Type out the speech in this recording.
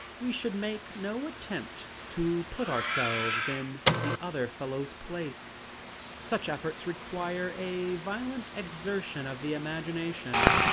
we should make no attempt to put ourselves in the other fellow's place such efforts require a violent exertion of the imagination,